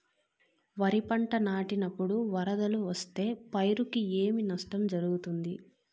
వరిపంట నాటినపుడు వరదలు వస్తే పైరుకు ఏమి నష్టం జరుగుతుంది?